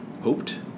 hoped